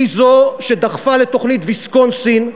והיא שדחפה לתוכנית ויסקונסין.